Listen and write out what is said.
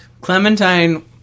Clementine